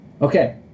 Okay